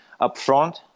upfront